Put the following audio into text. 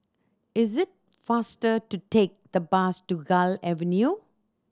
it is faster to take the bus to Gul Avenue